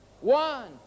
one